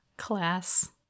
Class